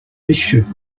should